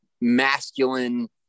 masculine